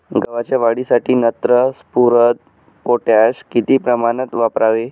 गव्हाच्या वाढीसाठी नत्र, स्फुरद, पोटॅश किती प्रमाणात वापरावे?